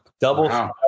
double